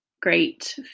great